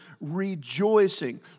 rejoicing